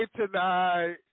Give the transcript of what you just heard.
tonight